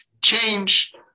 change